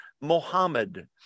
Mohammed